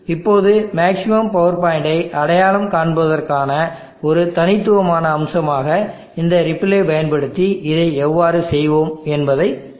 இப்போது மேக்ஸிமம் பவர்பாயின்ட்டை அடையாளம் காண்பதற்கான ஒரு தனித்துவமான அம்சமாக இந்த ரிப்பிள்ளை பயன்படுத்தி இதை எவ்வாறு செய்வோம் என்பதைப் பார்ப்போம்